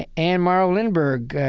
ah anne morrow lindbergh,